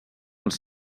els